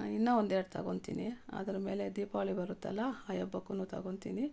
ಆಂ ಇನ್ನು ಒಂದು ಎರಡು ತಗೊತಿನಿ ಅದ್ರ ಮೇಲೆ ದೀಪಾವಳಿ ಬರುತ್ತಲ್ಲಾ ಆ ಹಬ್ಬಕ್ಕು ತಗೊತೀನಿ